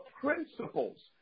principles